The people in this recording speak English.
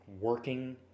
working